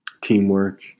teamwork